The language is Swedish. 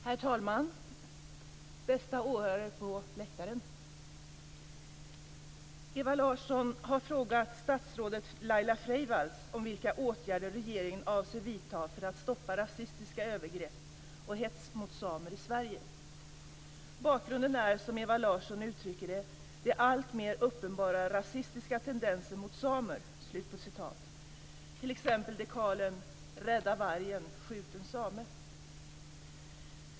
Herr talman! Bästa åhörare på läktaren! Ewa Larsson har frågat statsrådet Laila Freivalds om vilka åtgärder regeringen avser att vidta för att stoppa rasistiska övergrepp och hets mot samer i Sverige. Bakgrunden är, som Ewa Larsson uttrycker det, "de alltmer uppenbara rasistiska tendenserna mot samer", t.ex. dekalen "Rädda vargen - skjut en same".